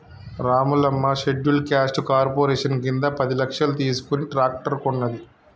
Ramulamma scheduled caste corporation కింద పది లక్షలు తీసుకుని ట్రాక్టర్ కొన్నది